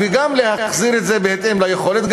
וגם להחזיר את החוב בהתאם ליכולת,